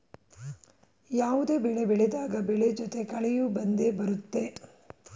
ಯಾವುದೇ ಬೆಳೆ ಬೆಳೆದಾಗ ಬೆಳೆ ಜೊತೆ ಕಳೆಯೂ ಬಂದೆ ಬರುತ್ತೆ